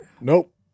Nope